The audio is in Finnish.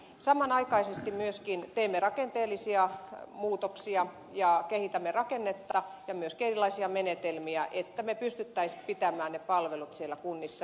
samanaikaisesti myöskin teemme rakenteellisia muutoksia ja kehitämme rakennetta ja myöskin erilaisia menetelmiä että me pystyisimme pitämään ne palvelut siellä kunnissa